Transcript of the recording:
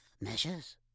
Measures